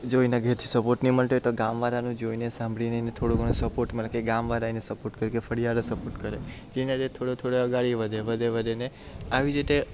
જોઈને અને ઘેરથી સપોર્ટ નહીં મળતો હોય તો ગામવાળા એને સાંભળીને થોડું ઘણું સપોર્ટ કે ગામવાળા એને સપોર્ટ કરે કે ફળિયાવાળા એને સપોર્ટ કરે કે એના સાથે થોડા થોડા આગળ વધે કે વધે વધે ને આવી જ રીતે